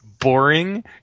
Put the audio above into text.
boring